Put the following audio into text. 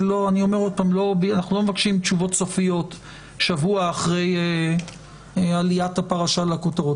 אנחנו לא מבקשים תשובות סופיות שבוע אחרי עליית הפרשה לכותרות